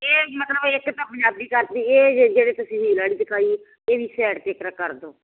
ਇਹ ਮਤਲਬ ਇੱਕ ਤਾਂ ਪੰਜਾਬੀ ਕਰ ਦੇਈਏ ਜਿਹੜੇ ਤੁਸੀਂ ਹੀਲ ਵਾਲੀ ਦਿਖਾਈ ਇਹ ਵੀ ਸਾਈਡ 'ਤੇ ਇਸ ਤਰ੍ਹਾਂ ਕਰ ਦਿਓ